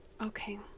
Okay